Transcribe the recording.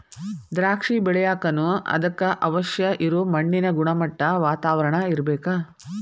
ದ್ರಾಕ್ಷಿ ಬೆಳಿಯಾಕನು ಅದಕ್ಕ ಅವಶ್ಯ ಇರು ಮಣ್ಣಿನ ಗುಣಮಟ್ಟಾ, ವಾತಾವರಣಾ ಇರ್ಬೇಕ